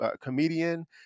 comedian